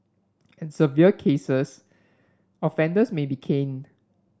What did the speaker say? in severe cases offenders may be caned